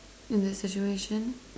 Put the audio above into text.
in the situation